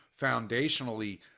foundationally